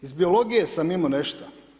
Iz biologije sam imao nešto.